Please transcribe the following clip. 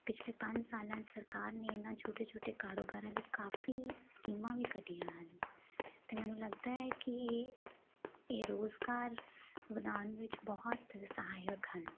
ਪਿਛਲੇ ਪੰਜ ਸਾਲਾਂ 'ਚ ਸਰਕਾਰ ਨੇ ਇਹਨਾਂ ਛੋਟੇ ਛੋਟੇ ਕਾਰੋਬਾਰਾਂ ਲਈ ਕਾਫ਼ੀ ਸਕੀਮਾਂ ਵੀ ਕੱਢੀਆਂ ਹਨ ਅਤੇ ਮੈਨੂੰ ਲੱਗਦਾ ਹੈ ਕਿ ਇਹ ਰੁਜ਼ਗਾਰ ਵਧਾਉਣ ਵਿੱਚ ਬਹੁਤ ਸਹਾਇਕ ਹਨ